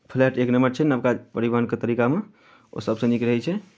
flight एक number छै नवका परिवहनके तरीकामे ओ सभसँ नीक रहैत छै